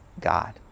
God